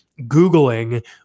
Googling